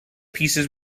pieces